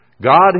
God